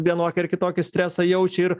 vienokį ar kitokį stresą jaučia ir